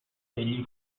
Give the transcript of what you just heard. egli